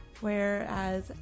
whereas